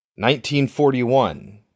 1941